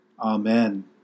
Amen